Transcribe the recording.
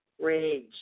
rage